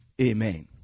Amen